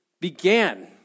began